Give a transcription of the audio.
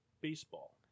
baseball